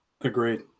Agreed